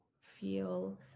feel